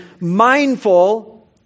mindful